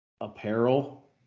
apparel